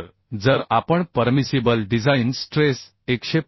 तर जर आपण परमिसिबल डिझाइन स्ट्रेस 150